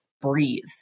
breathe